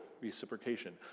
reciprocation